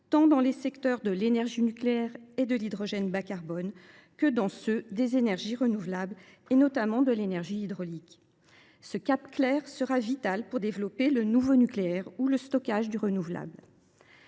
tant dans les secteurs de l’énergie nucléaire et de l’hydrogène bas carbone que dans ceux des énergies renouvelables, notamment de l’énergie hydraulique. Ce cap clair sera vital pour développer le nouveau nucléaire ou le stockage du renouvelable.